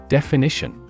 Definition